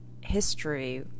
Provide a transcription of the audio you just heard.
history